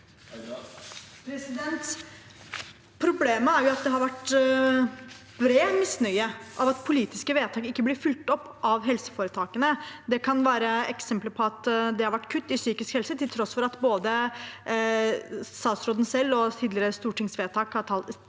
Problemet er at det har vært bred misnøye med at politiske vedtak ikke blir fulgt opp av helseforetakene. Det kan være eksempler på at det har vært kutt i psykisk helse til tross for at det både fra statsråden selv og i tidligere stortingsvedtak er sagt